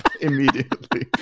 immediately